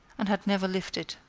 and had never lifted.